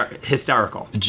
Hysterical